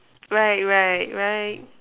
right right right